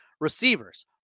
receivers